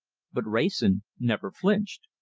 but wrayson never flinched.